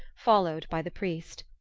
followed by the priest.